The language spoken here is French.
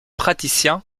praticien